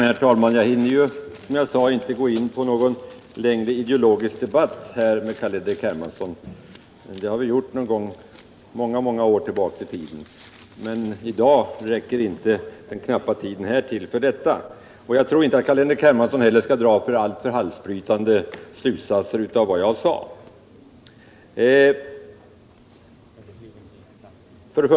Herr talman! Som jag sade hinner jag inte gå in på någon längre ideologisk debatt med Carl-Henrik Hermansson. En sådan debatt förde vi någon gång många år tillbaka i tiden. Men i dag räcker inte den knappa tiden till för detta. Jag tror inte att Carl-Henrik Hermansson skall dra allför halsbrytande slutsater av vad jag anförde.